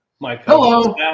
Hello